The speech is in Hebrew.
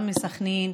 בסח'נין,